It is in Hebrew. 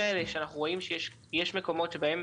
יש מקומות שבהם